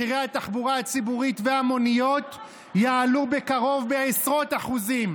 מחירי התחבורה הציבורית והמוניות יעלו בקרוב בעשרות אחוזים.